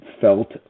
felt